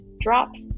drops